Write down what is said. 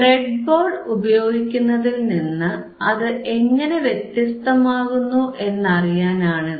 breadboard ഉപയോഗിക്കുന്നതിൽനിന്ന് അത് എങ്ങനെ വ്യത്യസ്തമാകുന്നു എന്നറിയാനാണ് ഇത്